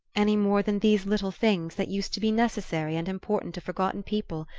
any more than these little things, that used to be necessary and important to forgotten people,